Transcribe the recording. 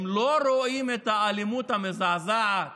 הם לא רואים את האלימות המזעזעת